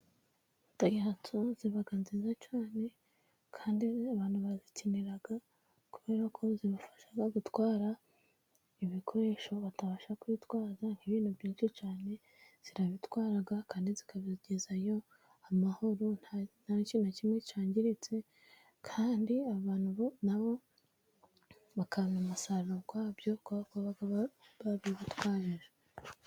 Dayihatsu ziba nziza cyane, kandi abantu barazikenera, kubera ko zibafasha gutwara ibikoresho batabasha kwitwaza, nk'ibintu byinshi cyane zirabitwara kandi zikabigezayo amahoro nta kintu na kimwe cyangiritse, kandi abantu na bo bakabona umusaruro wa byo kubera ko baba babigutwaje.